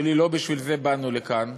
לא בשביל זה באנו לכאן,